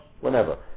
whenever